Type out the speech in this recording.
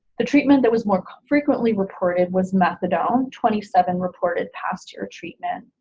the treatment that was more frequently reported was methadone twenty seven reported past year treatment.